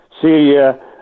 Syria